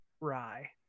Rye